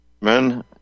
men